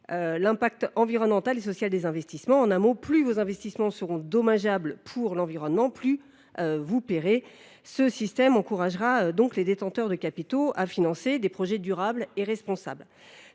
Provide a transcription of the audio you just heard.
l’impact environnemental et social des investissements. En un mot, plus vos investissements seront dommageables pour l’environnement, plus vous paierez. Ce système encouragera donc les détenteurs de capitaux à financer des projets durables et responsables.